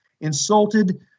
insulted